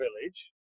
village